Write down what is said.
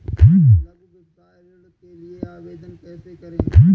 लघु व्यवसाय ऋण के लिए आवेदन कैसे करें?